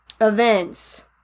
events